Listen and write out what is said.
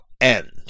end